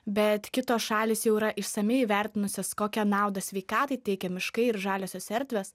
bet kitos šalys jau yra išsamiai įvertinusios kokią naudą sveikatai teikia miškai ir žaliosios erdvės